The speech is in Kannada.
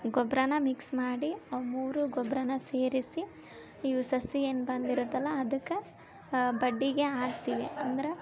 ಗೊಬ್ರನ ಮಿಕ್ಸ್ ಮಾಡಿ ಅವ್ ಮೂರೂ ಗೊಬ್ರನ ಸೇರಿಸಿ ಇವ ಸಸಿ ಏನು ಬಂದಿರತಲ್ಲಾ ಅದಕ್ಕೆ ಬಡ್ಡಿಗೆ ಹಾಕ್ತೀವಿ ಅಂದ್ರ